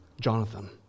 Jonathan